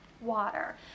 water